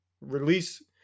Release